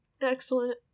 excellent